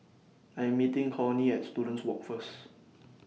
I Am meeting Cornie At Students Walk First